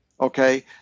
Okay